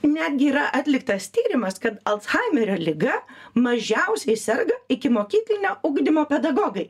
netgi yra atliktas tyrimas kad alzhaimerio liga mažiausiai serga ikimokyklinio ugdymo pedagogai